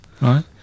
right